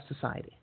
society